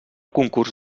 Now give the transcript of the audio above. concurs